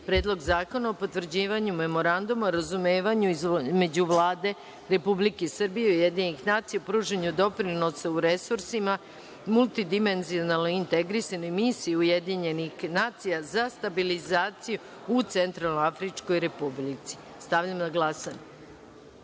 Predlog zakona o potvrđivanju Memoranduma o razumevanju između Vlade Republike Srbije i Ujedinjenih nacija o pružanju doprinosa u resursima multidimenzionalnoj integrisanoj misiji Ujedinjenih nacija za stabilizaciju u Centralnoafričkoj Republici. Stavljam na glasanje